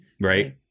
Right